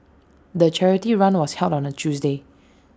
the charity run was held on A Tuesday